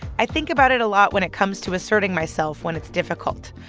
i think about it a lot when it comes to asserting myself when it's difficult.